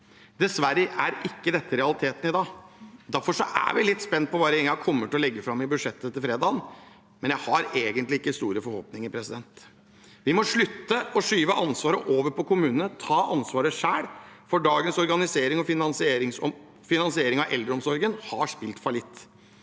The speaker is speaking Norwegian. Dessverre er ikke dette realiteten i dag. Derfor er vi litt spent på hva regjeringen kommer til å legge fram i budsjettet på fredag, men jeg har egentlig ikke store forhåpninger. Vi må slutte å skyve ansvaret over på kommunene og ta ansvaret selv, for dagens organisering og finansiering av eldreomsorgen har spilt fallitt.